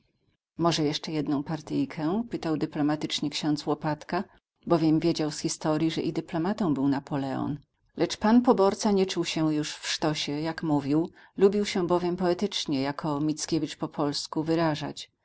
może jeszcze jedną partyjkę pytał dyplomatycznie ksiądz łopatka bowiem wiedział z historii że i dyplomatą był napoleon lecz pan poborca nie czuł się już w sztosie jak mówił lubił się bowiem poetycznie jako mickiewicz po polsku wyrażać